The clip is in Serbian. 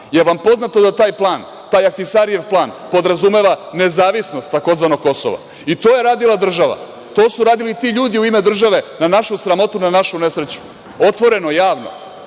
Jel vam je poznato da taj plan, taj Ahtisarijev plan podrazumeva nezavisnost tzv. Kosova? To je radila država, to su radili ti ljudi u ime države na našu sramotu, na našu nesreću, otvoreno i javno.